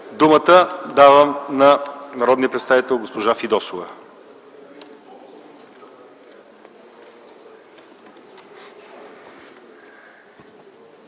думата на народния представител госпожа Фидосова.